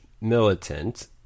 militant